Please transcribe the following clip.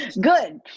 good